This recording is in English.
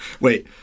Wait